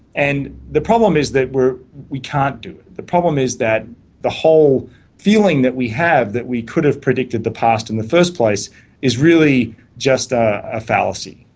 and the problem is that we can't do it. the problem is that the whole feeling that we have that we could have predicted the past in the first place is really just a fallacy.